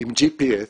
עם ג'י פי אס,